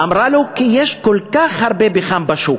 אמרה לו: כי יש כל כך הרבה פחם בשוק.